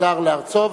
הוחזר לארצו.